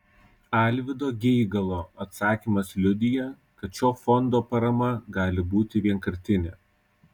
alvydo geigalo atsakymas liudija kad šio fondo parama gali būti vienkartinė